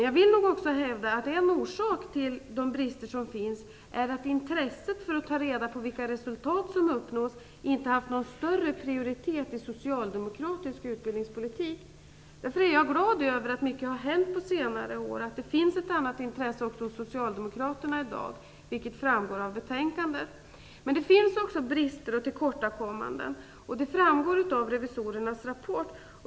Jag vill också hävda att en orsak till de brister som finns är att intresset för att ta reda på vilka resultat som uppnås inte har haft någon större prioritet i den socialdemokratiska utbildningspolitiken. Därför är jag glad över att mycket har hänt på senare år, att det finns ett annat intresse också hos Socialdemokraterna i dag, vilket framgår av betänkandet. Men det finns också brister och tillkortakommanden. Det framgår av revisorernas rapport.